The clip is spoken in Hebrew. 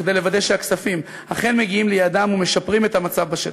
כדי לוודא שהכספים אכן מגיעים ליעדם ומשפרים את המצב בשטח.